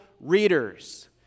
readers